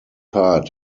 part